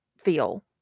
feel